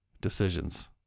decisions